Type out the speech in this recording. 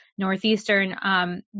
Northeastern